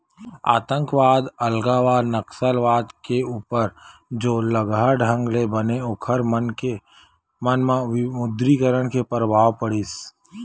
आंतकवाद, अलगावाद, नक्सलवाद के ऊपर जोरलगहा ढंग ले बने ओखर मन के म विमुद्रीकरन के परभाव पड़िस